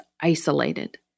isolated